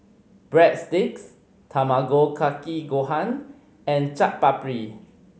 Breadsticks Tamago Kake Gohan and Chaat Papri